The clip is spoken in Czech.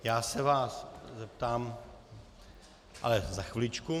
Já se vás zeptám ale za chviličku.